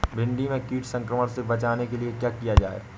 भिंडी में कीट संक्रमण से बचाने के लिए क्या किया जाए?